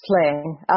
playing